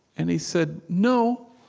and he said, no,